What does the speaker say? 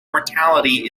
mortality